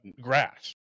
grass